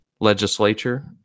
legislature